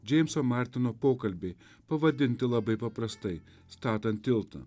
džeimso martino pokalbiai pavadinti labai paprastai statant tiltą